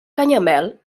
canyamel